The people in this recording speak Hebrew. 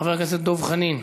חבר הכנסת דב חנין,